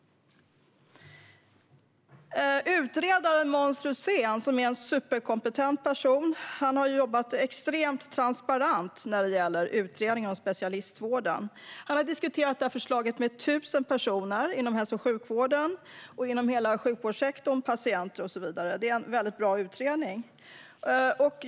Utredaren, Måns Rosén, som är en superkompetent person, har jobbat extremt transparent med utredningen om specialistvården. Han har diskuterat förslaget med närmare 1 000 personer inom hälso och sjukvården och hela sjukvårdssektorn, med patienter och så vidare. Det är en väldigt bra utredning.